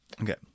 Okay